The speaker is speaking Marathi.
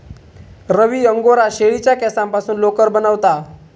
रवी अंगोरा शेळीच्या केसांपासून लोकर बनवता